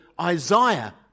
Isaiah